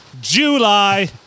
July